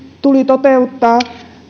tuli toteuttaa